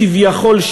כביכול,